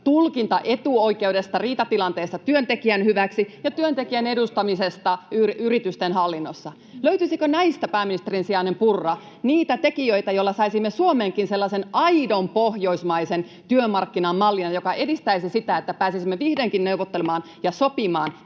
tulkintaetuoikeudesta riitatilanteessa työntekijän hyväksi ja työntekijän edustamisesta yritysten hallinnossa. Löytyisikö näistä, pääministerin sijainen Purra, niitä tekijöitä, joilla saisimme Suomeenkin sellaisen aidon pohjoismaisen työmarkkinamallin, joka edistäisi sitä, että pääsisimme vihdoinkin neuvottelemaan ja sopimaan,